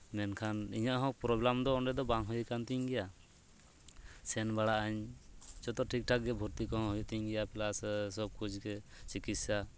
ᱢᱮᱱᱠᱷᱟᱱ ᱤᱧᱟᱹᱜ ᱦᱚᱸ ᱯᱨᱚᱵᱞᱮᱢ ᱫᱚ ᱚᱸᱰᱮ ᱫᱚ ᱵᱟᱝ ᱦᱩᱭ ᱟᱠᱟᱱ ᱛᱤᱧ ᱜᱮᱭᱟ ᱥᱮᱱ ᱵᱟᱲᱟᱜ ᱟᱹᱧ ᱡᱚᱛᱚ ᱴᱷᱤᱠ ᱴᱷᱟᱠ ᱜᱮ ᱵᱷᱚᱨᱛᱤ ᱠᱚᱦᱚᱸ ᱦᱩᱭᱩᱜ ᱛᱤᱧ ᱜᱮᱭᱟ ᱯᱞᱟᱥ ᱥᱚᱵ ᱠᱩᱪᱜᱮ ᱪᱤᱠᱤᱥᱥᱟ